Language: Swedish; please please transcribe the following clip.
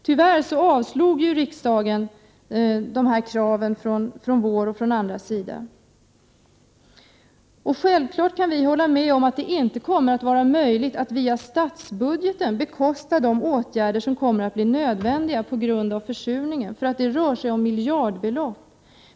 Tyvärr avslog riksdagen kraven från vår och andras sida. Självfallet kan vi hålla med om att det inte kan vara möjligt att via statsbudgeten bekosta de åtgärder som kommer att bli nödvändiga på grund av försurningen, för det rör sig om miljardbelopp.